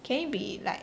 can it be like